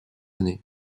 année